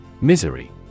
Misery